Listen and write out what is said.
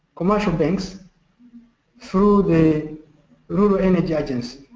commercial banks through the rural energy agency.